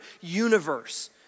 universe